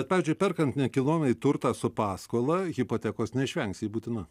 pavyzdžiui perkant nekilnojamąjį turtą su paskola hipotekos neišvengsi ji būtina